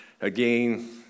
again